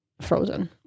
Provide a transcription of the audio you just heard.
frozen